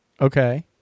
Okay